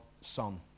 son